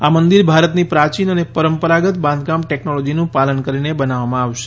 આ મંદિર ભારતની પ્રાચીન અને પરંપરાગત બાંધકામ ટેક્નોલોજીનું પાલન કરીને બનાવવામાં આવશે